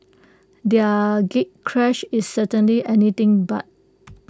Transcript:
their gatecrash is certainly anything but